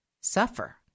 suffer